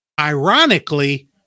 Ironically